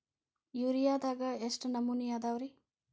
ಯೂರಿಯಾದಾಗ ಎಷ್ಟ ನಮೂನಿ ಅದಾವ್ರೇ?